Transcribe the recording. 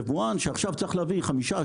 יבואן שצריך להביא עכשיו 5,